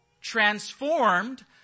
transformed